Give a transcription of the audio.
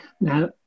Now